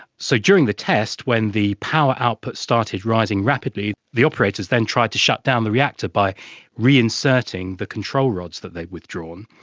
so during the test when the power output started rising rapidly, the operators then tried to shut down the reactor by reinserting the control rods that they'd withdrawn,